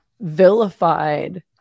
vilified